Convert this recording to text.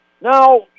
Now